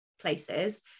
places